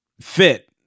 fit